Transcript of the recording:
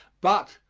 but,